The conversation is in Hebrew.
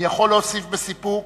אני יכול להוסיף בסיפוק